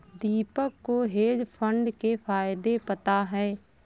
दीपक को hedge fund के फायदे पता है